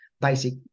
basic